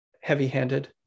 heavy-handed